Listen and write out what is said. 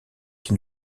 qui